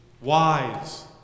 wise